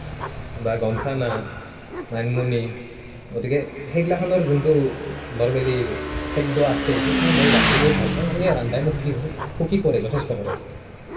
বা গন্ধচানা মানিমুনি গতিকে সেইগিলাখনৰ যোনটো নৰ্মেলি খাদ্য আছে সেইখিনি মই ৰান্ধি বহুত ভাল পাওঁ আৰু সেই ৰান্ধাই মোক সুখী ব সুখী কৰে যথেষ্ট সুখী কৰে